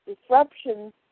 Disruptions